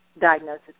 diagnosis